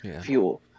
fuel